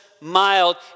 mild